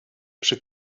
przy